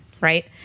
right